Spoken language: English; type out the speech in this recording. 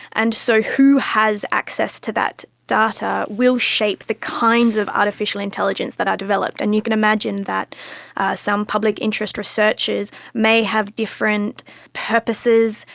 and so who has access to that data will shape the kinds of artificial intelligence that are developed. and can imagine that some public interest researchers may have different purposes,